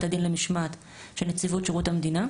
הדין למשמעת של נציבות שירות המדינה;